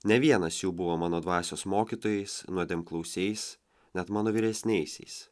ne vienas jų buvo mano dvasios mokytojais nuodėmklausiais net mano vyresniaisiais